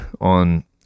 on